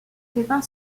pépin